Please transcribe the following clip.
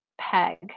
Peg